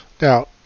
now